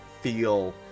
feel